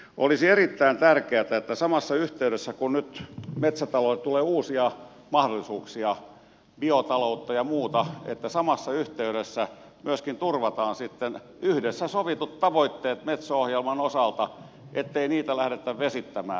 olisi erittäin tärkeätä että samassa yhteydessä kun nyt metsätaloudelle tulee uusia mahdollisuuksia biotaloutta ja muuta myöskin turvataan sitten yhdessä sovitut tavoitteet metso ohjelman osalta ettei niitä lähdetä vesittämään